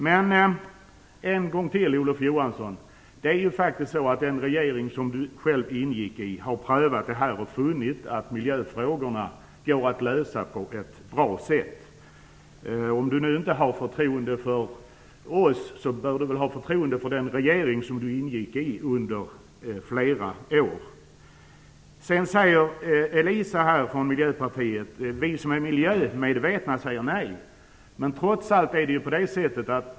Än en gång vill jag säga till Olof Johansson att den regering som han ingick i faktiskt har prövat det här och funnit att miljöfrågorna går att lösa på ett bra sätt. Om Olof Johansson inte har förtroende för oss, borde han väl ändå ha haft det för den regering som han ingick i under flera år. Elisa Abascal Reyes från Miljöpartiet säger att vi som är miljömedvetna säger nej.